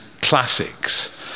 classics